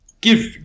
Give